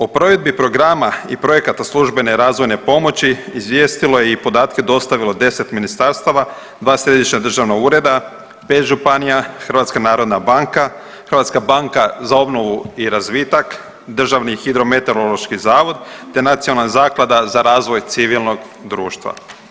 O provedbi programa i projekata službene razvojne pomoći izvijestilo je i podatke dostavilo 10 ministarstava, 2 središnja državna ureda, 5 županija, HNB, Hrvatska banka za obnovu i razvitak, Državni hidrometeorološki zavod te nacionalna zaklada za razvoj civilnog društva.